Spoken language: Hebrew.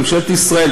ממשלת ישראל,